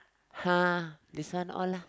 !huh! this one all lah